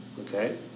okay